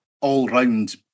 all-round